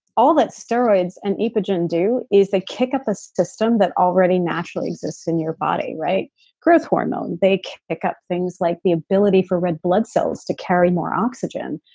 all that steroids and epogen do is to kick up the system that already naturally exists in your body right growth hormone. they kick kick up things like the ability for red blood cells to carry more oxygen.